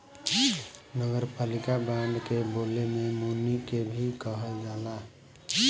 नगरपालिका बांड के बोले में मुनि के भी कहल जाला